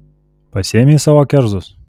pasiėmei savo kerzus